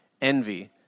envy